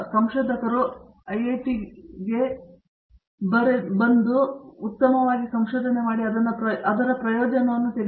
ಸಂಶೋಧಕರು ಐಐಟಿಗೆ ನೋಡಬೇಕಾದ ಹೊಸ ವಿದ್ಯಾರ್ಥಿಗಳು ಉತ್ತಮವಾದದನ್ನು ತೆಗೆದುಕೊಳ್ಳಲು ಈ ವಾಹಕ ಪ್ರಯೋಜನವನ್ನು ನೀಡುತ್ತದೆ